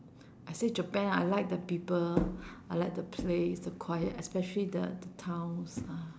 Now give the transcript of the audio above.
I say japan I like the people I like the place the quiet especially the the towns ah